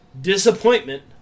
disappointment